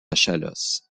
chalosse